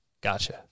gotcha